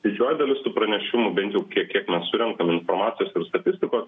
didžioji dalis tų pranešimų bent jau kiek kiek mes surenkam informacijos ir statistikos